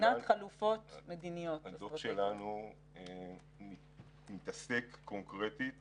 הדוח שלנו מתעסק קונקרטית